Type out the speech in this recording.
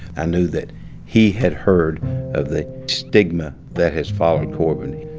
i knew that he had heard of the stigma that has fo llowed corbin.